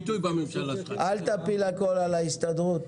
אל תפיל הכול על ההסתדרות.